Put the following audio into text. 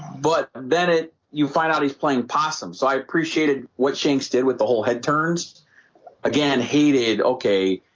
but and then it you find out he's playing possum. so i appreciated what shanks did with the whole head turns again hated. okay.